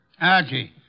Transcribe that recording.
Archie